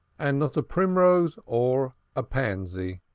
and not a primrose or a pansy.